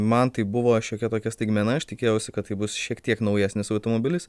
man tai buvo šiokia tokia staigmena aš tikėjausi kad tai bus šiek tiek naujesnis automobilis